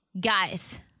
Guys